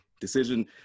Decision